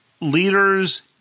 leaders